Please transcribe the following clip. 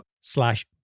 slash